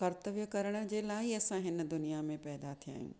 कर्तव्य करणु जे लाइ असां हिन दुनिया में पैदा थिया आहियूं